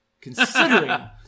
Considering